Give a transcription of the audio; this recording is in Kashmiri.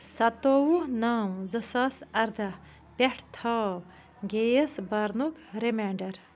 سَتووُہ نَو زٕ ساس اَرداہ پٮ۪ٹھ تھاو گیس بھرنُک رِماینٛڈر